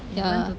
ya